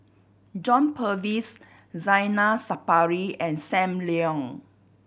John Purvis Zainal Sapari and Sam Leong